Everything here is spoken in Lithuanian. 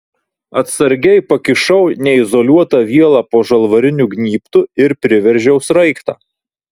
atsargiai pakišau neizoliuotą vielą po žalvariniu gnybtu ir priveržiau sraigtą